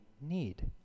need